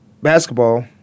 basketball